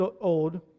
old